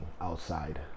outside